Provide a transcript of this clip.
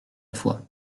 fois